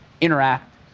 interact